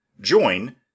join